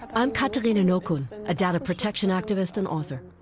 i'm catalina. no, khun a data protection activist and author